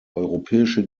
europäische